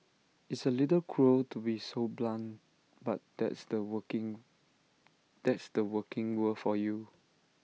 it's A little cruel to be so blunt but that's the working that's the working world for you